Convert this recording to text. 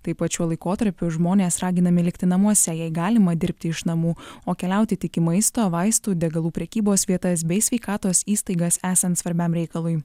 taip pat šiuo laikotarpiu žmonės raginami likti namuose jei galima dirbti iš namų o keliauti tik į maisto vaistų degalų prekybos vietas bei sveikatos įstaigas esant svarbiam reikalui